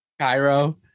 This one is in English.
Cairo